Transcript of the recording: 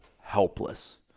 helpless